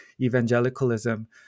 Evangelicalism